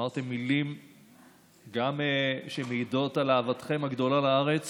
אמרתם מילים שמעידות גם על אהבתכם הגדולה לארץ